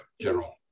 general